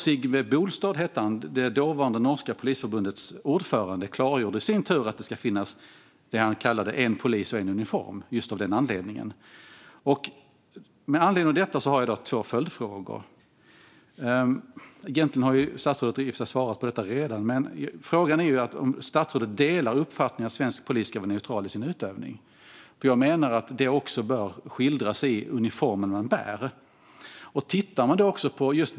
Sigve Bolstad, som då var ordförande för det norska polisförbundet, klargjorde i sin tur att det ska finnas det han kallade för en polis och en uniform, just av denna anledning. Med anledning av detta har jag två följdfrågor. Statsrådet har i och för sig redan svarat, men frågan är om statsrådet delar uppfattningen att svensk polis ska vara neutral i sin utövning. Jag menar att det också bör skildras i uniformen man bär.